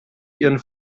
ihren